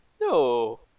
No